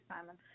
simon